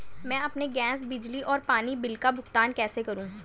मैं अपने गैस, बिजली और पानी बिल का भुगतान कैसे करूँ?